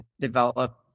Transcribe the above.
develop